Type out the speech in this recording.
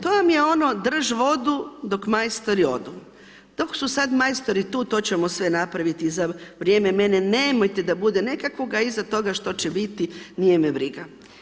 To vam je ono „drži vodu dok majstori odu“, dok su sad majstori tu, to ćemo sve napraviti, za vrijeme mene nemojte da bude ... a iza toga što će biti, nije me briga.